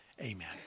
amen